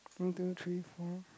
one two three four